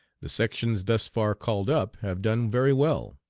the sections thus far called up have done very well.